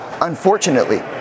Unfortunately